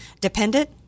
dependent